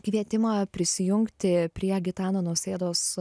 kvietimą prisijungti prie gitano nausėdos